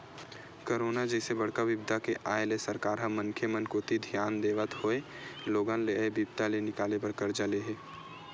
corona जइसे बड़का बिपदा के आय ले सरकार ह मनखे मन कोती धियान देवत होय लोगन ल ऐ बिपदा ले निकाले बर करजा ले हे